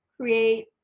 create